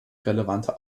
relevante